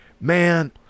man